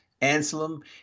Anselm